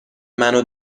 منو